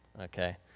Okay